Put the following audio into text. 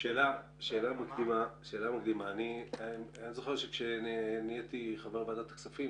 שאלה מקדימה: כשמונתי חבר בוועדה הכספים